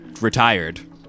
retired